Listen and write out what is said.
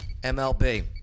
MLB